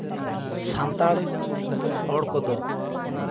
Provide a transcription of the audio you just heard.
ᱥᱟᱱᱛᱟᱲ ᱦᱚᱲ ᱠᱚᱫᱚ